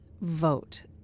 vote